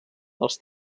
els